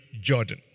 Jordan